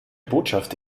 botschaft